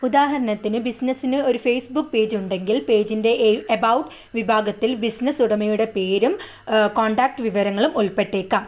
ഉദാഹരണത്തിന് ബിസിനസിന് ഒരു ഫേസ്ബുക്ക് പേജ് ഉണ്ടെങ്കിൽ പേജിൻ്റെ എ എബൌട്ട് വിഭാഗത്തിൽ ബിസിനസ് ഉടമയുടെ പേരും കോൺടാക്റ്റ് വിവരങ്ങളും ഉൾപ്പെട്ടേക്കാം